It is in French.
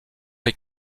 les